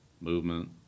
movement